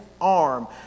arm